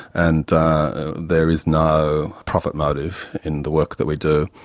and there is no profit motive in the work that we do.